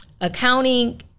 accounting